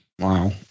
Wow